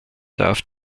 darf